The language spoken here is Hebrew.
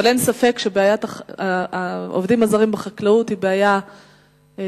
אין ספק שבעיית העובדים הזרים בחקלאות היא בעיה קשה,